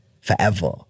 forever